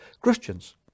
Christians